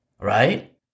Right